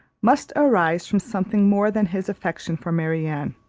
must arise from something more than his affection for marianne,